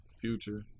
Future